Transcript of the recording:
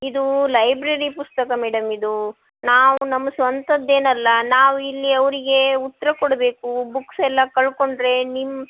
ಇದು ಲೈಬ್ರೆರಿ ಪುಸ್ತಕ ಮೇಡಮ್ ಇದು ನಾವು ನಮ್ಮ ಸ್ವಂತದ್ದೇನಲ್ಲ ನಾವು ಇಲ್ಲಿ ಅವರಿಗೆ ಉತ್ತರ ಕೊಡಬೇಕು ಬುಕ್ಸ್ ಎಲ್ಲ ಕಳ್ಕೊಂಡರೆ ನಿಮ್ಮ